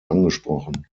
angesprochen